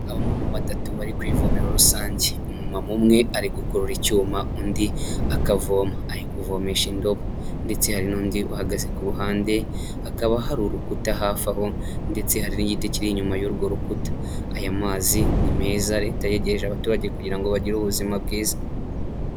Abamama batatu bari ku ivomero rusange, umumama umwe ari gukurura icyuma undi akavoma, ari kuvomesha indobo ndetse hari n'undi uhagaze ku ruhande, hakaba hari urukuta, hafi aho ndetse hari n'igiti kiri inyuma y'urwo rukuta, aya mazi ni meza leta yegereje abaturage kugira ngo bagire ubuzima bwiza.